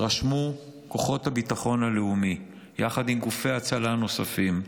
רשמו כוחות הביטחון הלאומי יחד עם גופי הצלה נוספים,